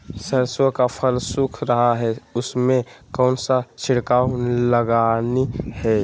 सरसो का फल सुख रहा है उसमें कौन सा छिड़काव लगानी है?